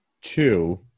Two